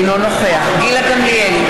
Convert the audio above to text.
אינו נוכח גילה גמליאל,